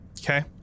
okay